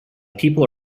people